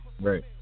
Right